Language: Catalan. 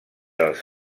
dels